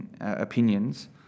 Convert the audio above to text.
opinions